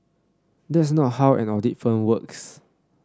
that's not how an audit firm works